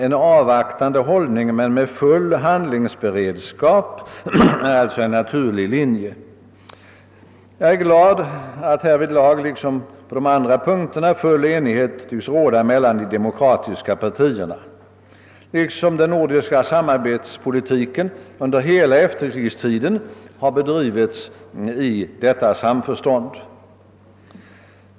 En avvaktande hållning men med full handlingsberedskap är alltså en naturlig linje. Jag är glad att härvidlag liksom på de andra punkterna full enighet tycks råda mellan de demokratiska partierna, liksom den nordiska samarbetspolitiken under hela efterkrigstiden har bedrivits i sådant samförstånd.